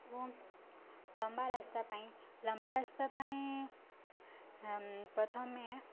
ଏବଂ ଲମ୍ବା ରାସ୍ତା ପାଇଁ ଲମ୍ବା ରାସ୍ତା ପାଇଁ ପ୍ରଥମେ